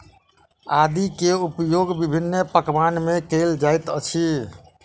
आदी के उपयोग विभिन्न पकवान में कएल जाइत अछि